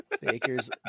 Baker's